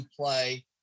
play